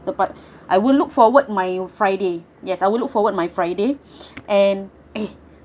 the part I would look forward my friday yes I would look forward my friday and eh